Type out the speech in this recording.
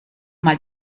mal